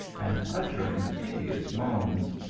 and uttering piteous moans.